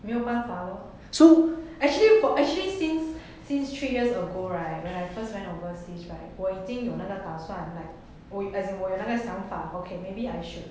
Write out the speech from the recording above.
没有办法 lor actually for actually since since three years ago when I first went overseas 我已经有那个打算 like w~ as in 我有那个想法 okay maybe I should